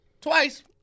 twice